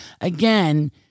again